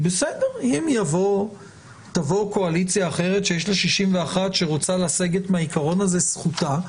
אם תבוא קואליציה אחרת שיש לה 61 שרוצה לסגת מהעיקרון הזה זכותה.